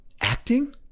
acting